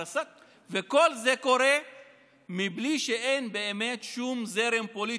כל זה קורה בלי שיש באמת שום זרם פוליטי,